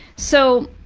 so,